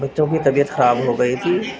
بچوں کی طبیعت خراب ہو گئی تھی